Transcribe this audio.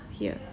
here